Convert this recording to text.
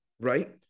right